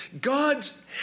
God's